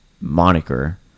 moniker